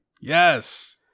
Yes